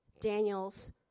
Daniel's